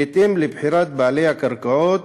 בהתאם לבחירת בעלי הקרקעות,